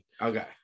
okay